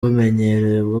bumenyerewe